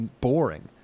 boring